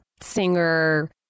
singer